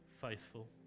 faithful